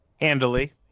handily